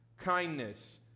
kindness